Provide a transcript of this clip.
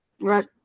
Right